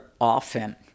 often